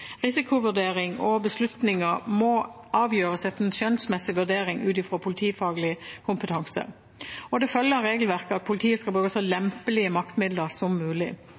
og beslutninger må avgjøres etter en skjønnsmessig vurdering ut fra politifaglig kompetanse, og det følger av regelverket at politiet skal bruke så lempelige maktmidler som mulig.